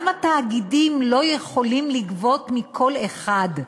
גם התאגידים לא יכולים לגבות מכל אחד,